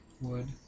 wood